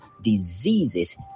diseases